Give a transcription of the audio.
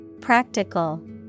Practical